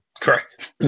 Correct